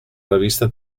revista